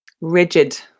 Rigid